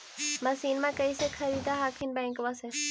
मसिनमा कैसे खरीदे हखिन बैंकबा से?